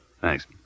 Thanks